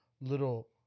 little